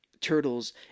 turtles